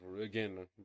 Again